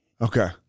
Okay